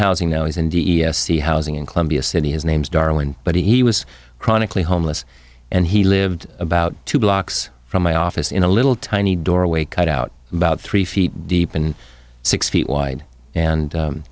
housing now he's in d s e housing in columbia city his name's darwin but he was chronically homeless and he lived about two blocks from my office in a little tiny doorway cut out about three feet deep and six feet wide and